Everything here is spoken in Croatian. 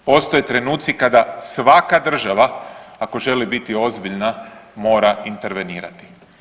Postoje trenutci kada svaka država ako želi biti ozbiljna mora intervenirati.